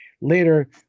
Later